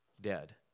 dead